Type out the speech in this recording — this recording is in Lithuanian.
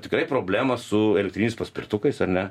tikrai problemą su elektriniais paspirtukais ar ne